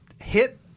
hit